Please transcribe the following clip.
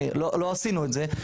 לא עשינו את זה,